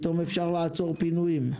פתאום אפשר לעצור פינויים.